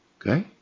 Okay